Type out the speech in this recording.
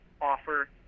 offer